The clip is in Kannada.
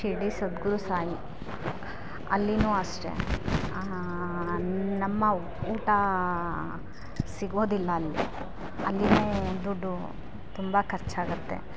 ಶಿರಡಿ ಸದ್ಗುರು ಸಾಯಿ ಅಲ್ಲಿಯೂ ಅಷ್ಟೆ ನಮ್ಮ ಊಟ ಸಿಗೋದಿಲ್ಲ ಅಲ್ಲಿ ಅಲ್ಲಿಯೇ ದುಡ್ಡು ತುಂಬ ಖರ್ಚಾಗುತ್ತೆ